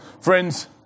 Friends